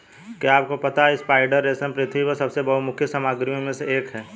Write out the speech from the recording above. क्या आपको पता है स्पाइडर रेशम पृथ्वी पर सबसे बहुमुखी सामग्रियों में से एक है?